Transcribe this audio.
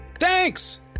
Thanks